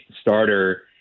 starter